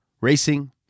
racing